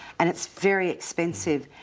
and it's very expensive.